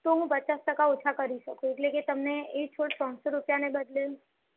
તો હું પચાસ ટકા ઓછા કરી શકું એટલે કે તમને એક છોડ ત્રણસો રૂપિયાને બદલે